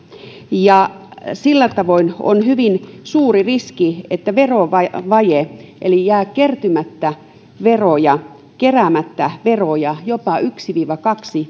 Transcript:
ja sillä tavoin on hyvin suuri riski että tulee verovaje eli jää kertymättä veroja keräämättä veroja jopa yksi viiva kaksi